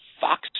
Fox